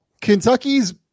Kentucky's